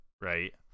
right